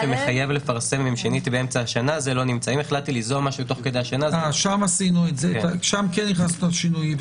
אם החלטתי ליזום משהו תוך השנה- - שם כן הכנסנו את השינויים.